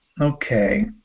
okay